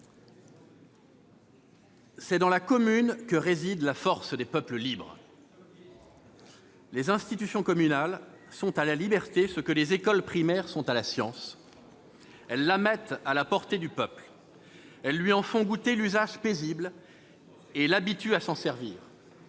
...] dans la commune que réside la force des peuples libres. » Tocqueville !« Les institutions communales sont à la liberté ce que les écoles primaires sont à la science ; elles la mettent à la portée du peuple ; elles lui en font goûter l'usage paisible et l'habituent à s'en servir.